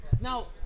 Now